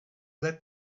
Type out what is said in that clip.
lit